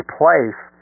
place